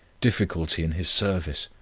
difficulty in his service,